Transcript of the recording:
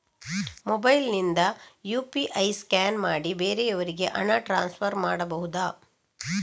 Mobile ನಿಂದ UPI scan ಮಾಡಿ ಬೇರೆಯವರಿಗೆ ಹಣ ಟ್ರಾನ್ಸ್ಫರ್ ಮಾಡಬಹುದ?